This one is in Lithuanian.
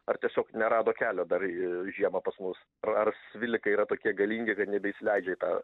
ar tiesiog nerado kelio dar i žiemą pas mus a ar svilikai yra tokie galingi kad nebeįsileidžia į tą